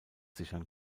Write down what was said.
sichern